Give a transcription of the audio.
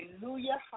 hallelujah